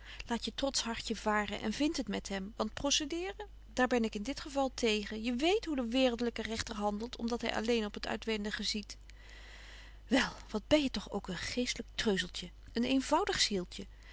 laat je trotsch hartje varen en vind het met hem want prossedeeren daar ben ik in dit geval tegen je weet hoe de waereldlyke rechter handelt om dat hy alleen op het uitwendige ziet wel wat ben jy toch ook een geestlyk treuzeltje een eenvoudig zieltje